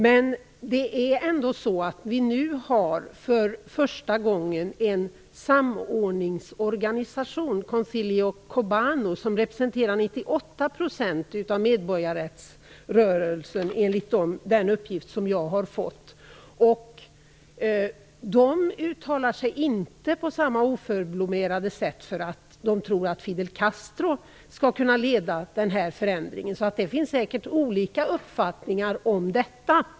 Men nu har vi för första gången en samordningsorganisation, Concillo Cubano, som representerar 98 % av medborgarrättsrörelsen, enligt den uppgift som jag har fått. De uttalar sig inte på samma oförblommerade sätt om Fidel Castros möjligheter att leda en förändring. Det finns säkert olika uppfattningar om det.